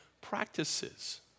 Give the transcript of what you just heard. practices